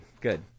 good